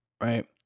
right